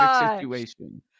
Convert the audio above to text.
situation